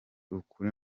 ukuri